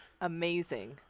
Amazing